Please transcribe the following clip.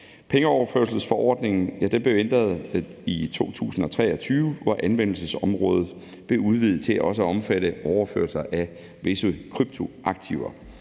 Pengeoverførselsforordningen blev ændret i 2023, hvor anvendelsesområdet blev udvidet til også at omfatte overførsler af visse kryptoaktiver.